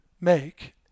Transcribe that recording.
make